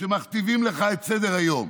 שמכתיבים לך את סדר-היום.